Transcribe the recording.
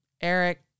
Eric